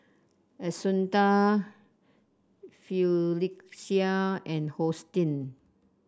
Assunta Phylicia and Hosteen